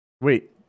Wait